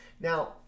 now